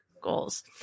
goals